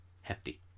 hefty